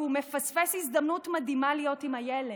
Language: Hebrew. כי הוא מפספס הזדמנות מדהימה להיות עם הילד.